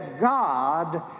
God